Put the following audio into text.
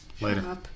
later